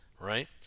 right